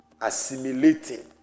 assimilating